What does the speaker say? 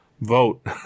vote